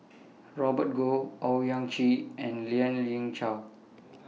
Robert Goh Owyang Chi and Lien Ying Chow